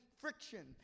friction